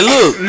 Look